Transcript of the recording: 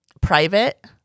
private